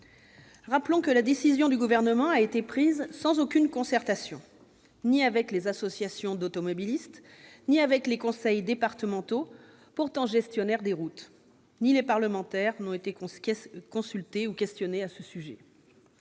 Rappelons que la décision du Gouvernement a été prise sans aucune concertation ni avec les associations d'automobilistes, ni avec les conseils départementaux- pourtant gestionnaires des routes -, ni avec les parlementaires. Malgré de très vives protestations, cette